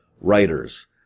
writers